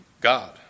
God